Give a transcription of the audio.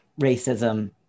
racism